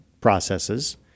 processes